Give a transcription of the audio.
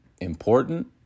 important